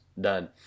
done